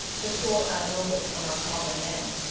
to sort our nobles from our common men.